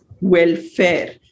welfare